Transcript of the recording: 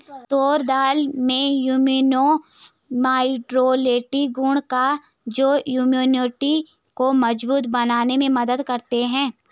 तूर दाल में immunomodulatory गुण हैं जो इम्यूनिटी को मजबूत बनाने में मदद करते है